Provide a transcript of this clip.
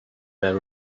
there